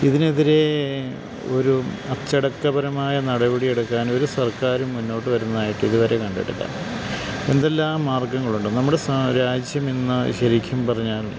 ഇതിനെതിരേ ഒരു അച്ചടക്കപരമായ നടപടിയെടുക്കാനൊരു സർക്കാരും മുന്നോട്ട് വരുന്നതായിട്ട് ഇതുവരെയും കണ്ടിട്ടില്ല എന്തെല്ലാം മാർഗ്ഗങ്ങളുണ്ട് നമ്മുടെ സാ രാജ്യമിന്ന് ശെരിക്കും പറഞ്ഞാൽ